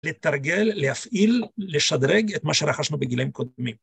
לתרגל, להפעיל, לשדרג את מה שרכשנו בגילאים קודמים.